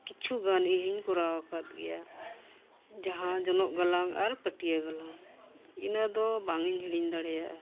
ᱠᱤᱪᱷᱩ ᱜᱟᱱ ᱤᱧᱦᱚᱸᱧ ᱠᱚᱨᱟᱣ ᱟᱠᱟᱫ ᱜᱮᱭᱟ ᱡᱟᱦᱟᱸ ᱡᱚᱱᱚᱜ ᱜᱟᱞᱟᱝ ᱟᱨ ᱯᱟᱹᱴᱤᱭᱟᱹ ᱜᱟᱞᱟᱝ ᱤᱱᱟᱹ ᱫᱚ ᱵᱟᱝᱤᱧ ᱦᱤᱲᱤᱧ ᱫᱟᱲᱮᱭᱟᱜᱼᱟ